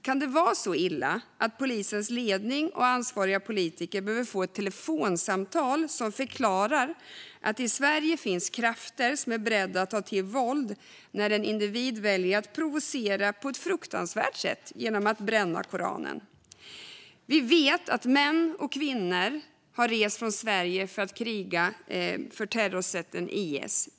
Kan det vara så illa att polisens ledning och ansvariga politiker behöver få ett telefonsamtal som förklarar att det i Sverige finns krafter som är beredda att ta till våld när en individ väljer att provocera på ett fruktansvärt sätt genom att bränna Koranen? Vi vet att män och kvinnor har rest från Sverige för att kriga för terrorsekten IS.